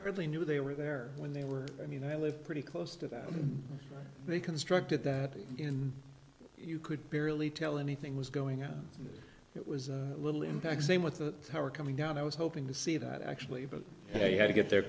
they knew they were there when they were i mean i live pretty close to that they constructed that even you could barely tell anything was going on it was a little intact same with the tower coming down i was hoping to see that actually but you know you had to get there